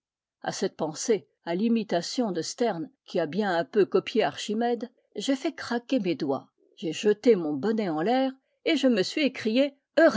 a cette pensée à l'imitation de sterne qui a bien un peu copié archimède j'ai fait craquer mes doigts j'ai jeté mon bonnet en l'air et je me suis écrié